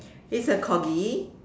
he's a Corgi